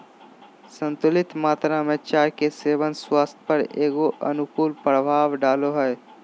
संतुलित मात्रा में चाय के सेवन स्वास्थ्य पर एगो अनुकूल प्रभाव डालो हइ